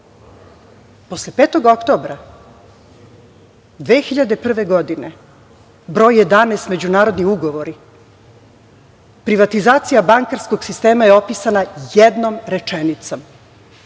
posle 5. oktobra 2001. godine broj 11. međunarodni ugovori, privatizacija bankarskog sistema je opisana jednom rečenicom.